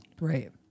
Right